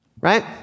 Right